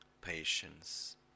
patience